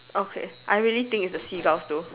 okay I really think it's the seagulls though